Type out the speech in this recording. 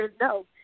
no